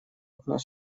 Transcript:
окно